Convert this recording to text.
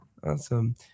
Awesome